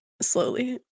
slowly